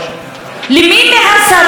למי מהשרות,